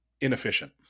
inefficient